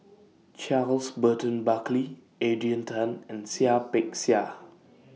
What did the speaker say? Charles Burton Buckley Adrian Tan and Seah Peck Seah